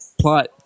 plot